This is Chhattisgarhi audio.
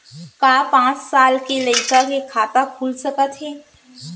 का पाँच साल के लइका के खाता खुल सकथे?